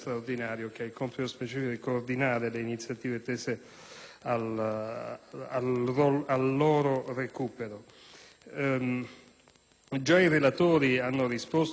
al loro ritrovamento. Già i relatori hanno risposto a qualche intervento da parte di esponenti dell'opposizione